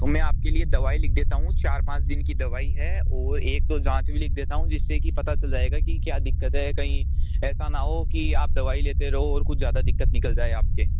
तो मैं आपके लिए दवाई लिख देता हूँ चार पाँच दिन की दवाई है और एक दो जाँच भी लिख देता हूँ जिससे कि पता चल जाएगा कि क्या दिक्कत है कहीं ऐसा न हो कि आप दवाई लेते रहो और कुछ ज़्यादा दिक्कत निकल जाए आपके